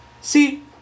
See